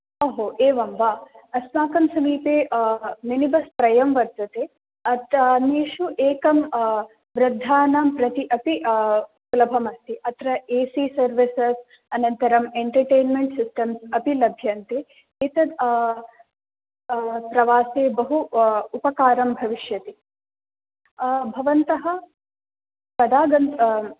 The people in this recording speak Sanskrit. अहो एवं वा अस्माकं समीपे मिनि बस् त्रयं वर्तते एषु एकं बृद्धानां प्रति अपि सुलभम् अस्ति अत्र ए सि सर्विसस् अनन्तरं एन्टर्टेन्मेन्ट् सिस्टम् अपि लभ्यन्ते एतत् प्रवासे बहु उपकारं भविष्यति भवन्तः कदा गन्त